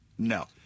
No